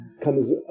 comes